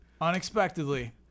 unexpectedly